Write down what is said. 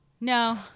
No